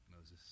Moses